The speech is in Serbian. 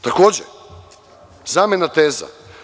Takođe, zamena teza.